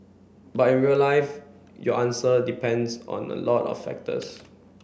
but in real life your answer depends on a lot of factors